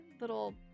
little